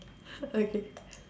okay